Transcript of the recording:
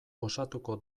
osatuko